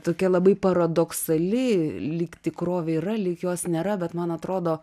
tokia labai paradoksali lyg tikrovė yra lyg jos nėra bet man atrodo